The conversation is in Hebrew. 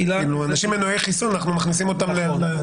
אנשים מנועי חיסון, אנחנו מכניסים אותם לתורים.